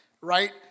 right